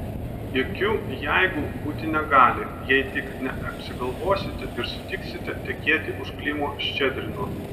jokių jeigu būti negali jei tik neapsigalvosite ir sutiksite tekėti už klimo ščedrino